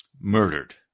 murdered